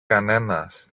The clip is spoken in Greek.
κανένας